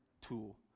tool